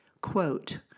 Quote